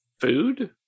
food